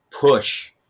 push